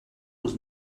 was